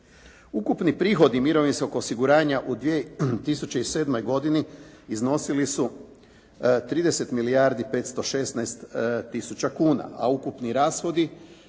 Ukupni prihodi mirovinskog osiguranja u 2007. godini iznosili su 30 milijardi 516 tisuća kuna, a ukupni rashodi